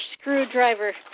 Screwdriver